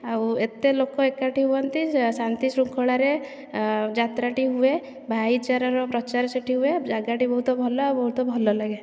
ଆଉ ଏତେ ଲୋକ ଏକାଠି ହୁଅନ୍ତି ଶାନ୍ତି ଶୃଙ୍ଖଳାରେ ଯାତ୍ରାଟି ହୁଏ ଭାଇଚାରାର ପ୍ରଚାର ସେଇଠି ହୁଏ ଜାଗାଟି ବହୁତ ଭଲ ଓ ବହୁତ ଭଲ ଲାଗେ